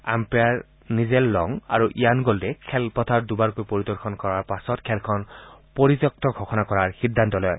umpire Nigel Long আৰু Ian গল্ডে খেলপথাৰ দুবাৰকৈ পৰিদৰ্শন কৰাৰ পাছত খেলখন পৰিত্যক্ত ঘোষণা কৰাৰ সিদ্ধান্ত লয়